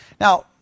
Now